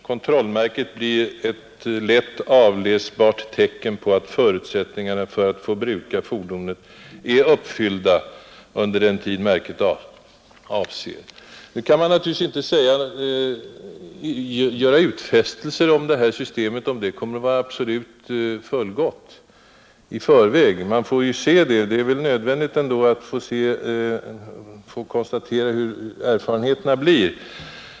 Kontrollmärket blir ett lätt avläsbart tecken på att förutsättningarna för att få bruka fordonet är uppfyllda under den tid märket avser. Nu kan man naturligtvis inte göra utfästelser i förväg om att det här systemet kommer att vara absolut fullgott. Det blir väl nödvändigt att först skaffa sig erfarenheter.